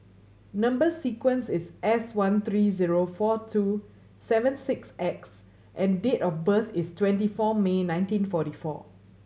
number sequence is S one three zero four two seven six X and date of birth is twenty four May nineteen forty four